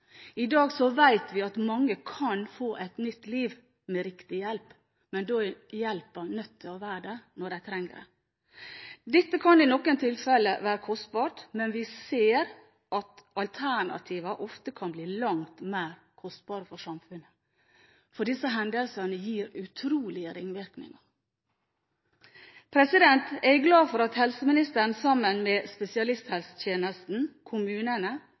I dag vet vi at mange kan få et nytt liv med riktig hjelp, men da er hjelpen nødt til å være der når de trenger den. Dette kan i noen tilfeller være kostbart, men vi ser at alternativene ofte kan bli langt mer kostbare for samfunnet, for disse hendelsene gir utrolige ringvirkninger. Jeg er glad for at helseministeren sammen med spesialisthelsetjenesten, kommunene